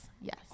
yes